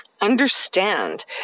understand